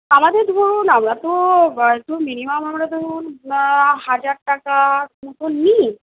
আমাদের ধরুন আমরা তো তো মিনিমাম আমরা ধরুন হাজার টাকা মতো নিই